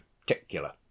particular